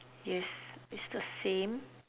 yes is the same